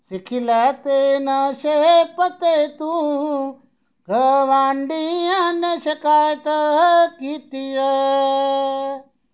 सिक्खी लै ते नशे पत्ते तू गुआंढियां ने शिकायत कीती ऐ